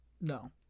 No